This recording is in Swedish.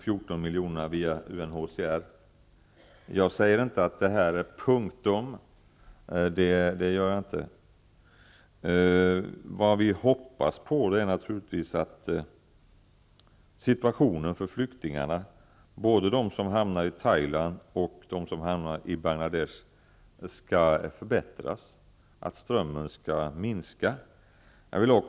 Jag säger inte att det här är punktum. Vad vi hoppas på är naturligtvis att situationen för flyktingarna -- både de flyktingar som hamnar i Thailand och de som hamnar i Bangladesh -- skall förbättras, att strömmen skall minska.